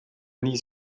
nii